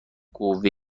قوه